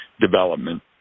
development